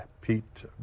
Pete